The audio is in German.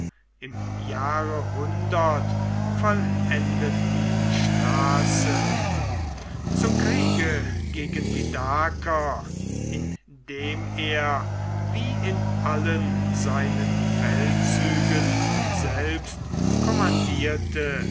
im jahre vollendeten straße zum kriege gegen die daker in dem er wie in allen seinen feldzügen selbst kommandierte